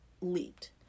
leaped